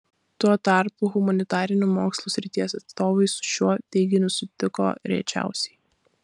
tuo tarpu humanitarinių mokslų srities atstovai su šiuo teiginiu sutiko rečiausiai